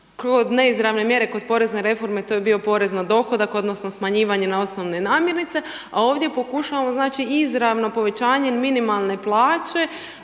kroz neizravne mjere kod porezne reforme to je bio porez na dohodak odnosno smanjivanje na osnovne namirnice a ovdje pokušavamo izravno povećanje minimalne plaće